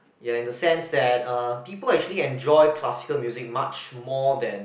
ya in a sense that uh people actually enjoy classical music much more than